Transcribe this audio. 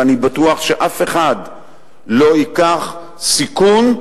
ואני בטוח שאף אחד לא ייקח סיכון,